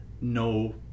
no